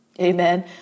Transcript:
Amen